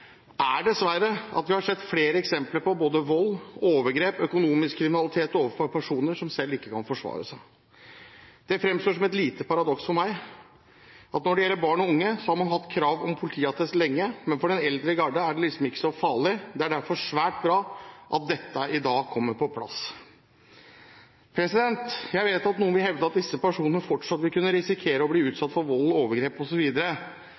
vi dessverre har sett flere eksempler på både vold, overgrep og økonomisk kriminalitet overfor personer som selv ikke kan forsvare seg. Det framstår som et lite paradoks for meg at når det gjelder barn og unge, har man hatt krav om politiattest lenge, men for den eldre garde er det liksom ikke så farlig. Det er derfor svært bra at dette kommer på plass i dag. Jeg vet at noen vil hevde at disse personene fortsatt vil kunne risikere å bli